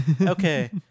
Okay